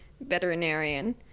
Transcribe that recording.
veterinarian